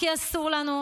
כי אסור לנו,